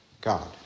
God